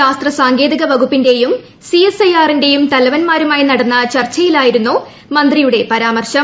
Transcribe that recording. ശാസ്ത്ര സാങ്കേതിക വകുപ്പിന്റെയും സി എസ് ഐ ആറിന്റെയും തലവന്മാരുമായി നടന്ന ചർച്ചയിലായിരുന്നു മന്ത്രിയുടെ പരാമർശം